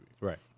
Right